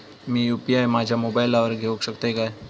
मी UPI माझ्या मोबाईलावर घेवक शकतय काय?